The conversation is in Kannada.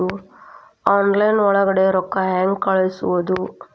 ಆನ್ಲೈನ್ ಒಳಗಡೆ ರೊಕ್ಕ ಹೆಂಗ್ ಕಳುಹಿಸುವುದು?